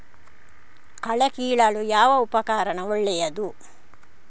ಕಳೆ ಕೀಳಲು ಯಾವ ಉಪಕರಣ ಒಳ್ಳೆಯದು?